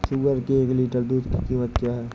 सुअर के एक लीटर दूध की कीमत क्या है?